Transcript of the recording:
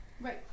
Right